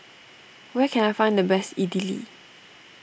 where can I find the best Idili